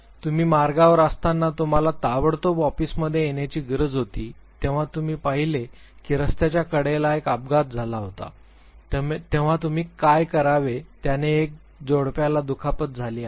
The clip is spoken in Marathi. तुम्ही मार्गावर असतांना तुम्हाला ताबडतोब ऑफिसमध्ये येण्याची गरज होती जेव्हा तुम्ही पाहिले की रस्त्याच्या कडेला एक अपघात झाला होता तेव्हा तुम्ही काय करावे याने एक जोडप्याला दुखापत झाली आहे